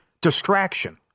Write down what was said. distraction